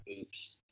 Oops